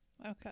Okay